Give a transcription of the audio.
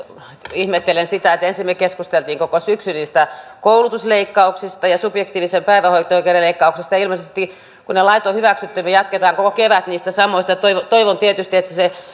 ihmettelen sitä että ensin me keskustelimme koko syksyn niistä koulutusleikkauksista ja subjektiivisen päivähoito oikeuden leikkauksesta ja ilmeisesti kun ne lait on hyväksytty jatketaan koko kevät niistä samoista toivon tietysti että se